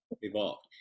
evolved